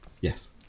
Yes